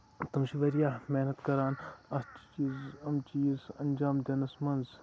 تٔمۍ چھِ واریاہ محنت کران اَتھ چیٖزس اَنجام دِنَس منٛز